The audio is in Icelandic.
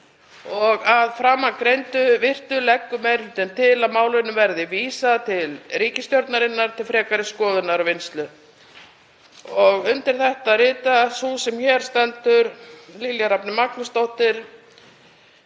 Að framangreindu virtu leggur meiri hlutinn til að málinu verði vísað til ríkisstjórnarinnar til frekari skoðunar og vinnslu. Undir þetta ritar sú sem hér stendur, Lilja Rafney Magnúsdóttir,